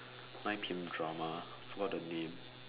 nine P_M drama forgot the name